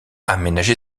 aménagé